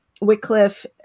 Wycliffe